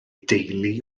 deulu